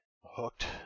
hooked